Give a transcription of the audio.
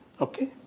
okay